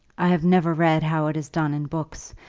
i have never read how it is done in books,